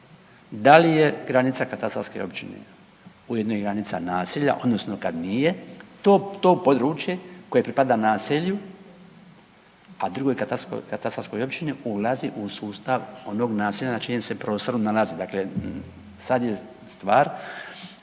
da li je granica katastarske općine ujedno i granica naselja, odnosno kad nije, to područje koje pripada naselju, a drugoj katastarskoj općini, ulazi u sustav onog naselja na čijem se prostoru nalazi, dakle, sad je stvar